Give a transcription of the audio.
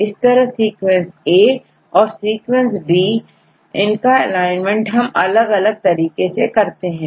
इस तरह sequence A और सीक्वेंस बी है इनका एलाइनमेंट हम अलग अलग तरीके से करते हैं